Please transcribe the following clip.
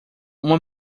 uma